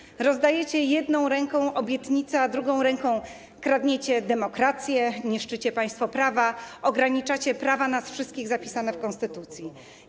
Jedną ręką rozdajecie obietnice, a drugą ręką kradniecie demokrację, niszczycie państwo prawa, ograniczacie prawa nas wszystkich zapisane w konstytucji.